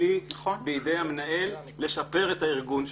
כלי בידי המנהל לשפר את הארגון שלו.